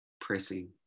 pressing